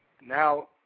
now